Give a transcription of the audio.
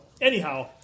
anyhow